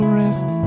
rest